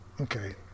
Okay